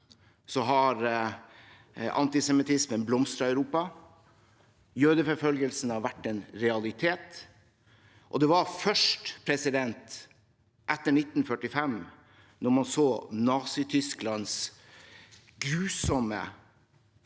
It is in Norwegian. har antisemittismen blomstret i Europa. Jødeforfølgelsen har vært en realitet. Det var først etter 1945, da man så Nazi-Tysklands grusomme